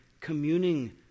communing